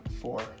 four